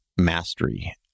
mastery